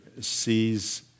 sees